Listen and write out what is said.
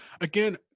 Again